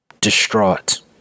Distraught